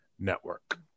Network